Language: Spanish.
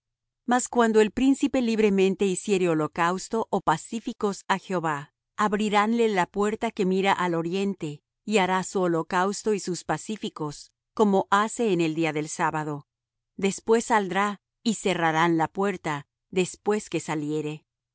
mas cuando el príncipe libremente hiciere holocausto ó pacíficos á jehová abriránle la puerta que mira al oriente y hará su holocausto y sus pacíficos como hace en el día del sábado después saldrá y cerrarán la puerta después que saliere